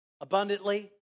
abundantly